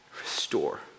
restore